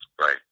Right